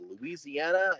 Louisiana